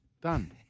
Done